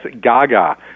gaga